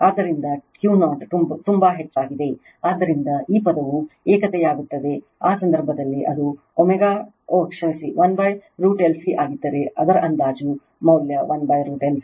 ಆದ್ದರಿಂದ Q0 ತುಂಬಾ ಹೆಚ್ಚಾಗಿದೆ ಆದ್ದರಿಂದ ಈ ಪದವು ಏಕತೆಯಾಗುತ್ತದೆ ಆ ಸಂದರ್ಭದಲ್ಲಿ ಅದು ω ಓಹ್ ಕ್ಷಮಿಸಿ 1 √L C ಆಗಿದ್ದರೆ ಅದರ ಅಂದಾಜು ಮೌಲ್ಯ 1 √L C